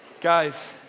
Guys